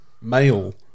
male